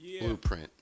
Blueprint